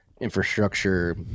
infrastructure